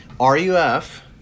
RUF